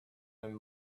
and